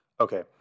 Okay